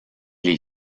les